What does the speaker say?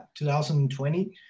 2020